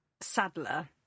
Sadler